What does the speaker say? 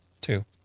two